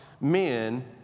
men